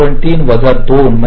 3 वजा 2 म्हणजे 3